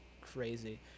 crazy